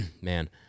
man